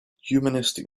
humanistic